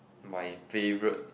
my favourite